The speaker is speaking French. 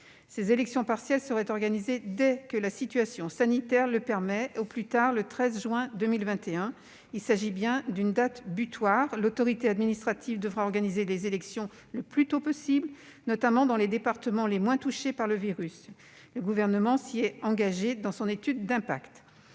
Ces élections partielles seraient organisées dès que la situation sanitaire le permettra, et au plus tard le 13 juin 2021. Il s'agit bien d'une date butoir : l'autorité administrative devra organiser les élections partielles le plus tôt possible, notamment dans les départements les moins touchés par le virus. Le Gouvernement s'y est engagé dans son étude d'impact.